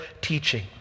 teaching